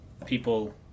People